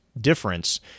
difference